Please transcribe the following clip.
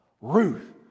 Ruth